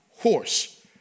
Horse